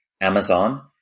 Amazon